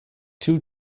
two